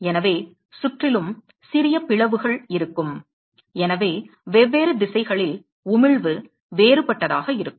எனவே சுற்றிலும் சிறிய பிளவுகள் இருக்கும் எனவே வெவ்வேறு திசைகளில் உமிழ்வு வேறுபட்டதாக இருக்கும்